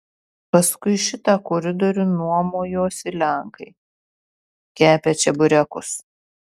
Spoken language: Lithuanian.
paskui šitą koridorių nuomojosi lenkai kepę čeburekus